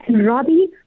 Robbie